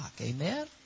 Amen